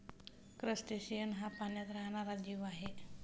crustacean हा पाण्यात राहणारा जीव आहे